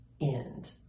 end